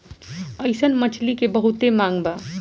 अइसन मछली के बहुते मांग बा